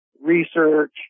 Research